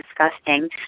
disgusting